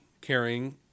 carrying